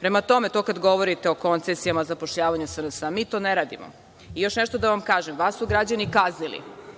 Prema tome, to kad govorite o koncesijama, zapošljavanju SNS-a, mi to ne radimo. Još nešto da vam kažem, vas su građani kaznili.